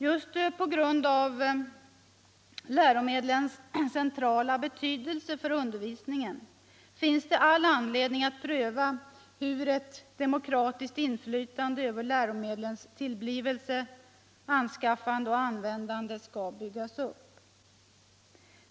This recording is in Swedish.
| Just på grund av läromedlens centrala betydelse för undervisningen finns det all anledning att pröva hur ett demokratiskt inflytande över läromedlens tillblivelse, anskaffande och användande skall byggas upp.